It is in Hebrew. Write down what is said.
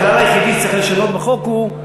הכלל היחיד שצריך לשנות בחוק הוא,